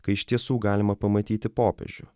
kai iš tiesų galima pamatyti popiežių